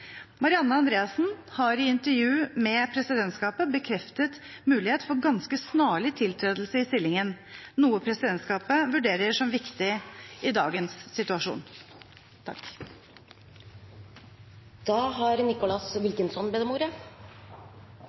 Marianne Andreassen har i intervju med presidentskapet bekreftet mulighet for ganske snarlig tiltredelse i stillingen, noe presidentskapet vurderer som viktig i dagens situasjon.